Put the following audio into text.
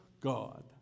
God